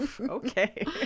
okay